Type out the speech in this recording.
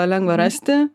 lengva rasti